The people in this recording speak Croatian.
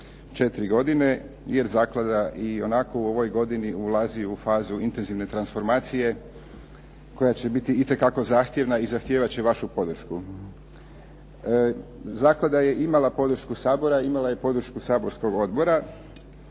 četiri godine jer zaklada ionako u ovoj godini ulazi u fazu intenzivne transformacije koja će biti itekako zahtjevna i zahtijevat će vašu podršku. Zaklada je imala podršku Sabora, imala je podršku saborskog odbora